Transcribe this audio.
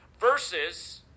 versus